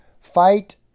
fight